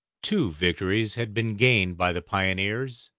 two victories had been gained by the pioneers,